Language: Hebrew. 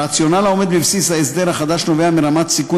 הרציונל שבבסיס ההסדר החדש הוא רמת הסיכון